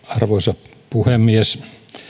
arvoisa puhemies